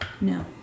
No